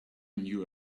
knew